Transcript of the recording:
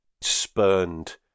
spurned